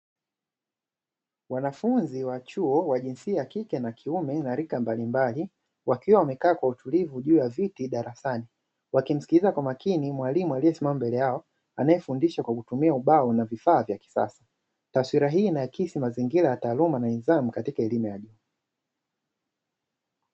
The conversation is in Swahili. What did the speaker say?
Wanafunzi wa chuo wa jinsia ya kike na kiume na raka mbalimbali, wakiwa wamekaa kwa utulivu juu ya viti darasani, wakisikiliza kwa makini mwalimu aliye simama mbele yao, anae fundisha kwa kutumia ubao na vifaa vya kisasa. Taswira hii inaakisi mazingira ya taaluma na nidhamu katika elimu ya juu